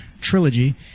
trilogy